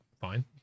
fine